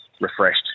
refreshed